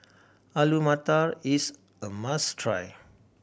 Alu Matar is a must try